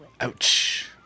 Ouch